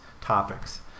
topics